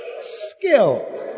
skill